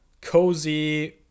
cozy